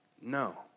No